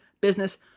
business